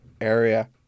Area